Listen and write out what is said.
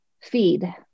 feed